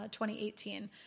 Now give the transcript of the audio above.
2018